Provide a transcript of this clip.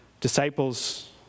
disciples